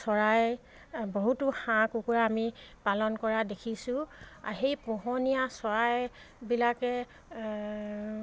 চৰাই বহুতো হাঁহ কুকুৰা আমি পালন কৰা দেখিছোঁ সেই পোহনীয়া চৰাইবিলাকে